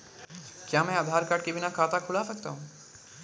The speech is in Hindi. क्या मैं आधार कार्ड के बिना खाता खुला सकता हूं?